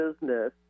business